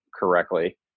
correctly